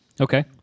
Okay